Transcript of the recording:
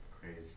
Crazy